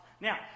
Now